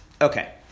Okay